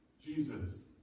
Jesus